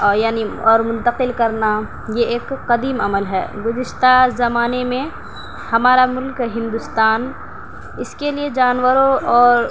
اور یعنی اور منتقل کرنا یہ ایک قدیم عمل ہے گزشتہ زمانے میں ہمارا ملک ہندوستان اس کے لیے جانوروں اور